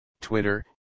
Twitter